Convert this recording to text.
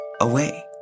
away